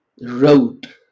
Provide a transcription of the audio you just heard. wrote